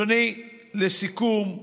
אדוני, לסיכום,